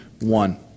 one